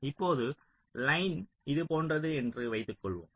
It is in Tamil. இப்போது லைன் இது போன்றது என்று வைத்துக்கொள்வோம்